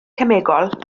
cemegol